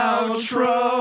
Outro